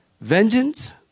Vengeance